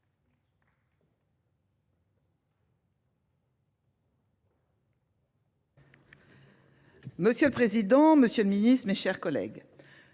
Monsieur le Président, Monsieur le Ministre, mes chers collègues,